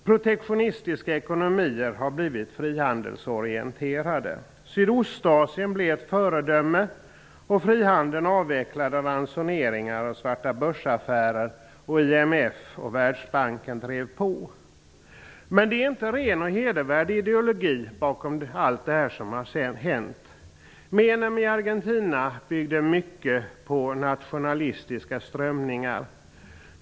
Protektionistiska ekonomier har blivit frihandelsorienterade. Sydostasien blev ett föredöme, och frihandeln avvecklade ransoneringar och svarta börs-affärer. IMF och Världsbanken drev på. Men det är ingen ren och hedervärd ideologi bakom allt som sedan har hänt. Menem i Argentina byggde mycket på nationalistiska strömningar.